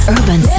Urban